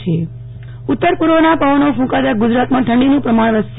નેહ્લ ઠક્કર હવા માન ઉત્તર પૂર્વના પવનો ક્રંકતા ગુજરાતમાં ઠંડીનું પ્રમાણ વધશે